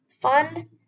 fun